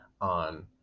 on